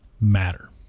matter